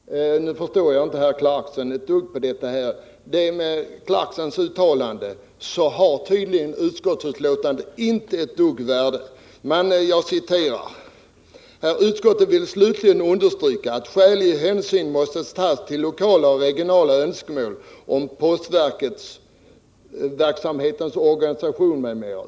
Herr talman! Nu förstår jag inte Rolf Clarksons resonemang ett dugg. Att döma av det har utskottets uttalande tydligen inget som helst värde. Utskottet skriver nämligen: ”Utskottet vill slutligen understryka att skälig hänsyn måste tas till lokala och regionala önskemål om postverksamhetens organisation m.m.